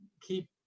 keep